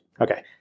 Okay